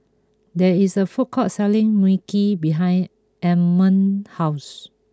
there is a food court selling Mui Kee behind Emanuel's house